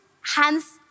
hands